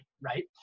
right